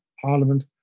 parliament